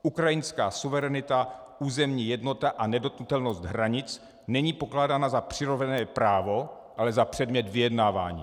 Ukrajinská suverenita, územní jednota a nedotknutelnost hranic není pokládána za přirozené právo, ale za předmět vyjednávání.